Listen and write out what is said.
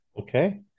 Okay